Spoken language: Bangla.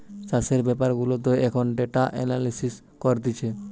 চাষের বেপার গুলাতেও এখন ডেটা এনালিসিস করতিছে